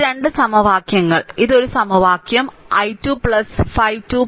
ഈ 2 സമവാക്യങ്ങൾ ഇത് ഒരു സമവാക്യം i 2 5 2